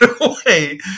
away